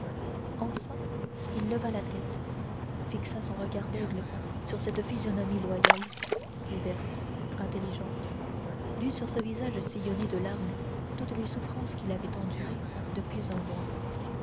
enfin il leva la tête fixa son regard d'aigle sur cette physionomie loyale ouverte intelligente lut sur ce visage sillonné de larmes toutes les souffrances qu'il avait endurées depuis un mois